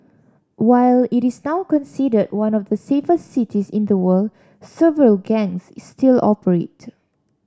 while it is now considered one of the safest cities in the world several gangs still operate